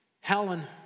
Helen